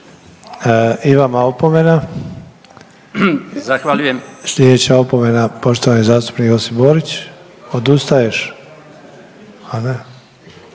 **Sanader, Ante (HDZ)** Slijedeća opomena poštovani zastupnik Josip Borić. Odustaješ? A ne.